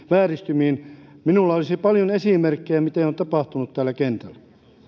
vääristymiin minulla olisi paljon esimerkkejä siitä mitä on tapahtunut täällä kentällä